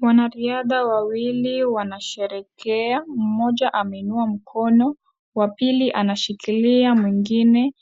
Wanariadha wawili wanasherekea, mmoja ameinua mkono, wa pili anashikilia mwingine,